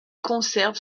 conserve